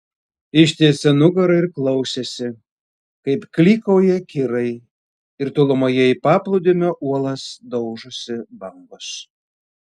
ištiesė nugarą ir klausėsi kaip klykauja kirai ir tolumoje į paplūdimio uolas daužosi bangos